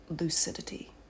lucidity